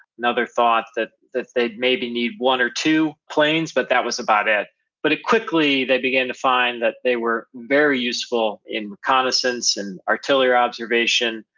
another thought that that they'd maybe need one or two planes but that was about it but it quickly, they began to find that they were very useful in consonance and artillery observation,